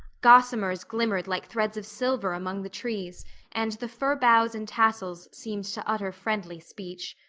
gossamers glimmered like threads of silver among the trees and the fir boughs and tassels seemed to utter friendly speech.